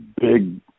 big